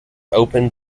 open